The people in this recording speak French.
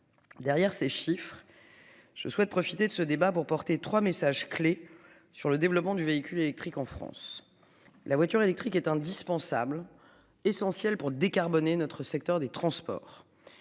Derrière ces chiffres. Je souhaite profiter de ce débat pour porter 3 messages clés sur le développement du véhicule électrique en France. La voiture électrique est indispensable. Essentiel pour décarboner notre secteur des transports.